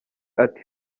ati